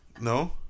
no